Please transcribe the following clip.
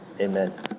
Amen